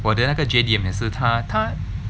我的那个 J_D_M 也是他他